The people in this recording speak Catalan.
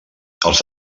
als